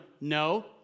no